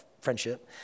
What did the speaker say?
friendship